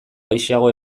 gehixeago